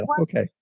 Okay